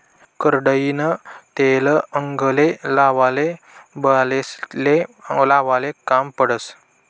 करडईनं तेल आंगले लावाले, बालेस्ले लावाले काम पडस